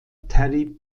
terry